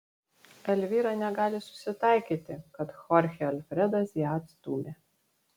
elvyra negali susitaikyti kad chorchė alfredas ją atstūmė